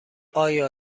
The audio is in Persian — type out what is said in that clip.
آیا